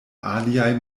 aliaj